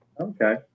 Okay